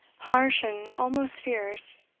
harsh, and almost fierce.